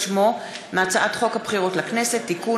שמו מהצעת חוק הבחירות לכנסת (תיקון,